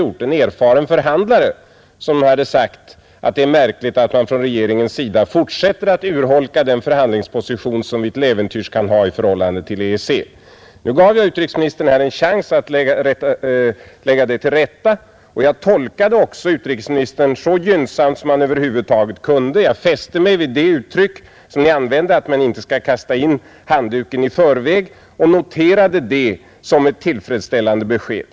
Han är en erfaren förhandlare, och han sade att det är märkligt att man från regeringens sida fortsätter att urholka den förhandlingsposition som vi till äventyrs kan ha i förhållandet till EEC, Nu gav jag utrikesministern en chans att lägga det missförståndet till rätta, och jag tolkade också utrikesministern så gynnsamt som man över huvud taget kunde, Jag fäste mig vid det uttryck som utrikesministern använde, att man inte skall kasta in handduken i förväg, och jag noterade det som ett tillfredsställande besked.